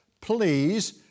please